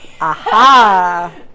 Aha